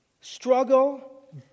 struggle